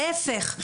ההיפך.